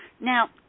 Now